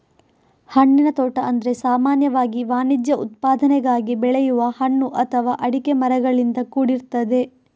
ಹಣ್ಣಿನ ತೋಟ ಅಂದ್ರೆ ಸಾಮಾನ್ಯವಾಗಿ ವಾಣಿಜ್ಯ ಉತ್ಪಾದನೆಗಾಗಿ ಬೆಳೆಯುವ ಹಣ್ಣು ಅಥವಾ ಅಡಿಕೆ ಮರಗಳಿಂದ ಕೂಡಿರ್ತದೆ